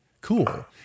cool